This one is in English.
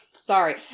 Sorry